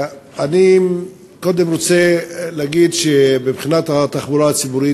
אני קודם רוצה להגיד שמבחינת התחבורה הציבורית